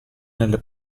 nelle